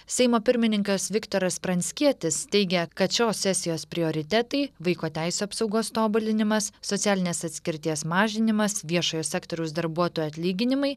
seimo pirmininkas viktoras pranckietis teigia kad šios sesijos prioritetai vaiko teisių apsaugos tobulinimas socialinės atskirties mažinimas viešojo sektoriaus darbuotojų atlyginimai